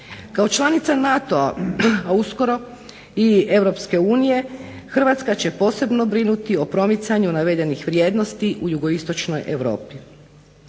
Kao članica NATO-a a uskoro i EU Hrvatska će posebno brinuti o promicanju navedenih vrijednosti u Jugoistočnoj Europi.